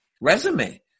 resume